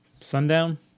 Sundown